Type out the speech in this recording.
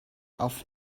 auf